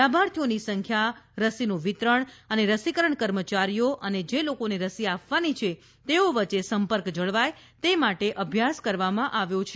લાભાર્થીઓની સંખ્યા રસીનું વિતરણ અને રસીકરણ કર્મચારીઓ અને જે લોકોને રસી આપવાની છે તેઓ વચ્ચે સંપર્ક જળવાય રહે તે માટે અભ્યાસ કરવામાં આવ્યો છે